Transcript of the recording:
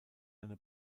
eine